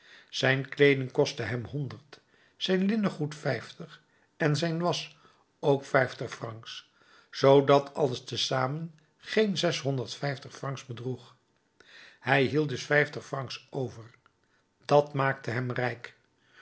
zijn kleeding kostte hem honderd zijn linnengoed vijftig en zijn wasch ook vijftig francs zoodat alles te zamen geen zeshonderd vijftig francs bedroeg hij hield dus vijftig francs over dat maakte hem rijk